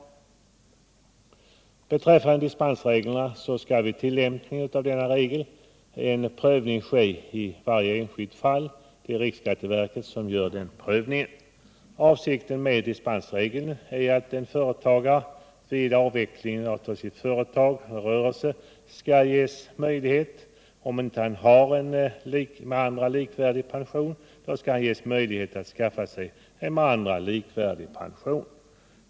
Beträffande dispensreglerna skall vid tillämpningen av denna regel en prövning företas i varje enskilt fall — det är riksskatteverket som gör den prövningen. Avsikten med dispensregeln är att en företagare vid avveckling av sitt företag eller sin rörelse skall ges möjlighet, om han inte har en med andra likvärdig pension, att skaffa sig en sådan.